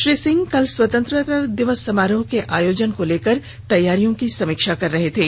श्री सिंह कल स्वतंत्रता दिवस समारोह के आयोजन को लेकर तैयारियों की समीक्षा कर रहे थे